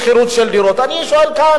אדוני היושב-ראש, תודה,